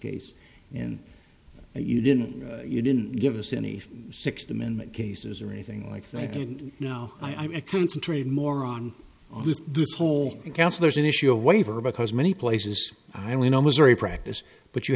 case and you didn't you didn't give us any sixth amendment cases or anything like that and no i concentrated more on this whole thing counsellors an issue a waiver because many places i only know missouri practice but you